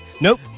Nope